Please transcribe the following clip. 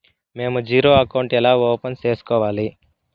మేము zero account ఎలా open సేసుకోవాలి